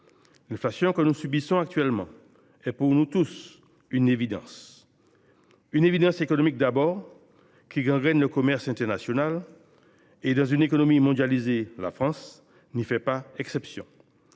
L’inflation que nous subissons actuellement est pour nous tous une évidence. C’est d’abord une évidence économique, car ce phénomène gangrène le commerce international et, dans une économie mondialisée, la France ne fait pas exception.